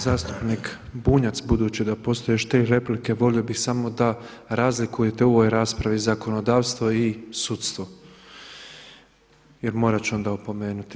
Zastupnik Bunjac, budući da postoje još tri replike volio bih samo da razlikujete u ovoj raspravi zakonodavstvo i sudstvo, jer morat ću onda opomenuti.